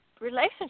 relationship